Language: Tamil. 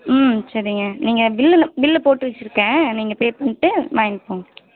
ம் சரிங்க நீங்கள் பில்லை மட்டும் பில் போட்டு வச்சுருக்கேன் நீங்கள் பே பண்ணிட்டு வாங்கிட்டு போங்க